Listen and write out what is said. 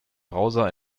browser